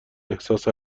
احساس